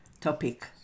topic